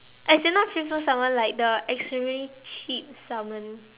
as in not free flow Salmon like the extremely cheap Salmon